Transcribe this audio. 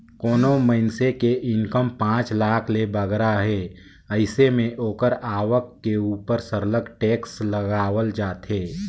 कोनो मइनसे के इनकम पांच लाख ले बगरा हे अइसे में ओकर आवक के उपर सरलग टेक्स लगावल जाथे